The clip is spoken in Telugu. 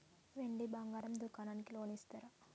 వెండి బంగారం దుకాణానికి లోన్ ఇస్తారా?